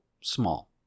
small